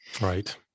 Right